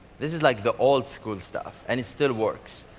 this is like the old school stuff and it still works.